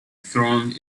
throne